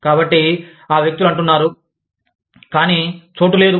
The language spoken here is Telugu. కాబట్టిఆ వ్యక్తులు అంటున్నారు కానీ చోటు లేదు